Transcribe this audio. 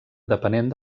depenent